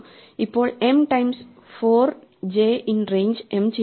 ഇപ്പോൾ m times four j in range m ചെയ്യുന്നു